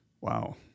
Wow